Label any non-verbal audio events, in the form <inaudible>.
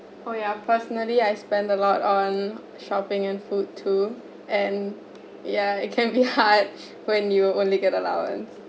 oh ya personally I spend a lot on shopping and food too and yeah <laughs> it can be hard when you only get allowance